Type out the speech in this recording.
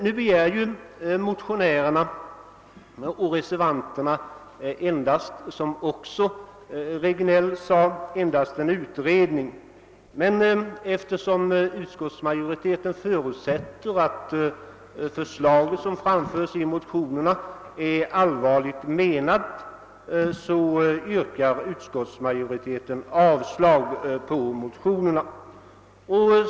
Nu begär motionärerna och reservanterna, som herr Regnéll också sade, endast en utredning. Men eftersom utskottsmajoriteten förutsätter att tanken på skatte fria obligationslån är allvarligt menad yrkar utskottsmajoriteten avslag på motionerna.